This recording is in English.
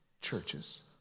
churches